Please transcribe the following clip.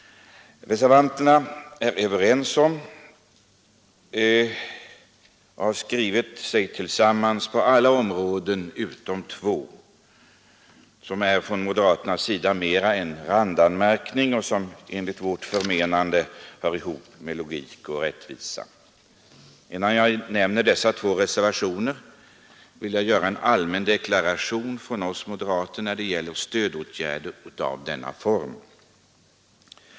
Reservanterna har skrivit sig samman på alla områden utom två, och reservationerna från moderaterna på dessa två punkter är snarast att betrakta som randanmärkningar, som enligt vårt förmenande hör ihop med logik och rättvisa. Innan jag går in på dessa två reservationer vill jag göra en allmän deklaration från oss moderater när det gäller stödåtgärder av detta slag.